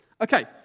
Okay